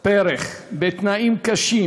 פרך בתנאים קשים.